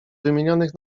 wymienionych